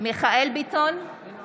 מיכאל מרדכי ביטון, אינו